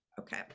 Okay